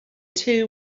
two